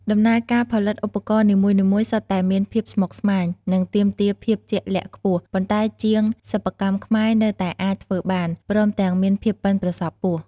ដំណើរការផលិតឧបករណ៍នីមួយៗសុទ្ធតែមានភាពស្មុគស្មាញ និងទាមទារភាពជាក់លាក់ខ្ពស់ ប៉ុន្តែជាងសិប្បកម្មខ្មែរនៅតែអាចធ្វើបាន ព្រមទាំងមានភាពបុិនប្រសប់ខ្ពស់។